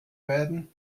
werden